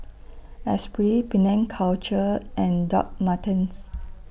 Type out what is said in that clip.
Esprit Penang Culture and Doc Martens